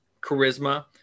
charisma